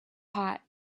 hot